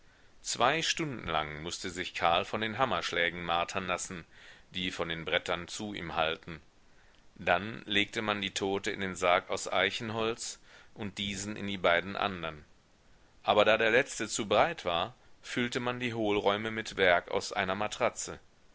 zwei stunden lang mußte sich karl von den hammerschlägen martern lassen die von den brettern zu ihm hallten dann legte man die tote in den sarg aus eichenholz und diesen in die beiden andern aber da der letzte zu breit war füllte man die hohlräume mit werg aus einer matratze